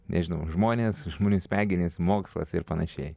nežinau žmonės žmonių smegenys mokslas ir panašiai